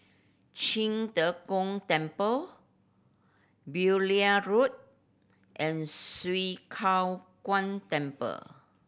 Qing De Gong Temple Beaulieu Road and Swee Kow Kuan Temple